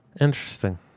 Interesting